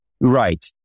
Right